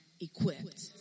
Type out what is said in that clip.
equipped